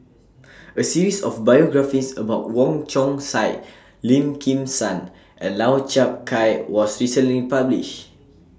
A series of biographies about Wong Chong Sai Lim Kim San and Lau Chiap Khai was recently published